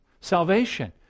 Salvation